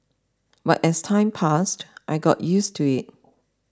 but as time passed I got used to it